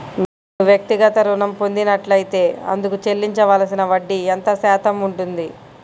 నేను వ్యక్తిగత ఋణం పొందినట్లైతే అందుకు చెల్లించవలసిన వడ్డీ ఎంత శాతం ఉంటుంది?